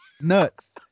nuts